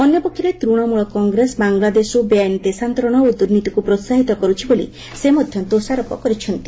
ଅନ୍ୟ ପକ୍ଷରେ ତୃଣମୂଳ କଂଗ୍ରେସ ବାଙ୍ଗଲାଦେଶରୁ ବେଆଇନ୍ ଦେଶାନ୍ତରଣ ଓ ଦୁର୍ନୀତିକୁ ପ୍ରୋହାହିତ କରୁଛି ବୋଲି ସେ ମଧ୍ୟ ଦୋଷାରୋପ କରିଛନ୍ତି